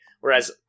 Whereas